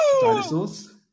dinosaurs